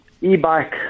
e-bike